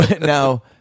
Now